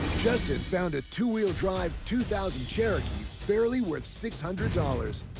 justin found a two-wheel drive two thousand cherokee barely worth six hundred dollars.